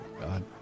God